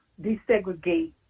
desegregate